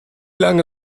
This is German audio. lange